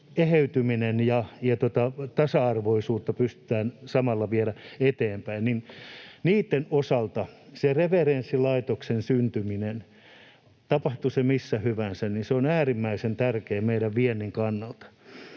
eheytymistä ja tasa-arvoisuutta pystytään samalla viemään eteenpäin. Niitten osalta referenssilaitoksen syntyminen — tapahtui se missä hyvänsä — on äärimmäisen tärkeää meidän viennin kannalta.